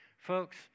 Folks